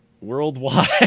worldwide